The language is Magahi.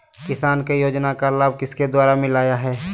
किसान को योजना का लाभ किसके द्वारा मिलाया है?